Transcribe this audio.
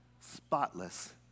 spotless